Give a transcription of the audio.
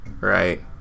right